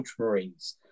Ultramarines